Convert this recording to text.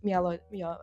mielo jo